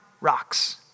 rocks